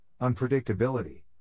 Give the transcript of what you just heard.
unpredictability